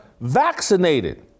vaccinated